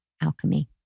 alchemy